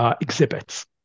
exhibits